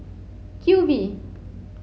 Q V